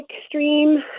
extreme